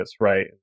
right